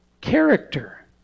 character